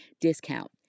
discount